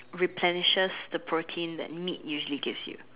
replenishes the protein the meat usually gives you